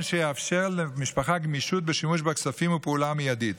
שיאפשר למשפחה גמישות בשימוש בכספים ופעולה מיידית.